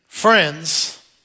Friends